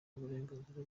uburenganzira